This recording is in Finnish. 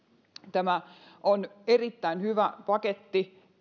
tämä on erittäin hyvä paketti